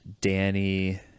danny